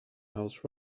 house